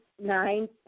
nine